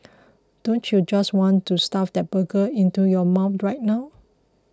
don't you just want to stuff that burger into your mouth right now